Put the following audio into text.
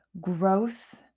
growth